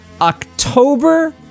October